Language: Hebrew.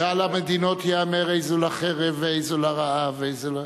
ועל המדינות ייאמר איזו לחרב ואיזו לרעב ואיזו,